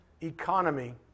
economy